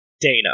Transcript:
Dana